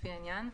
לפי העניין,